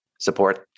support